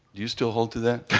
you still hold to that?